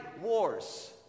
wars